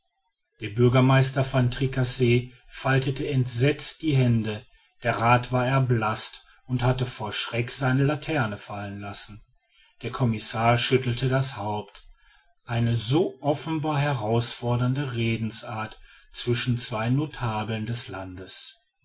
der bürgermeister van tricasse faltete entsetzt die hände der rath war erblaßt und hatte vor schreck seine laterne fallen lassen der commissar schüttelte das haupt eine so offenbar herausfordernde redensart zwischen zwei notabeln des landes